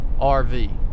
rv